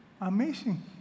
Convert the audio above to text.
Amazing